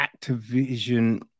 Activision